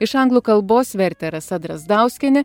iš anglų kalbos vertė rasa drazdauskienė